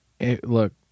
look